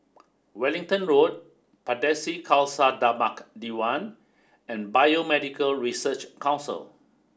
Wellington Road Pardesi Khalsa Dharmak Diwan and Biomedical Research Council